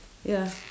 ya